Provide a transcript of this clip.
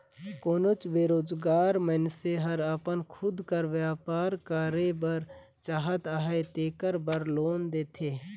कोनोच बेरोजगार मइनसे हर अपन खुद कर बयपार करे बर चाहत अहे तेकर बर लोन देथे